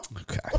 okay